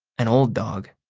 an old dog.